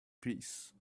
peace